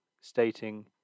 stating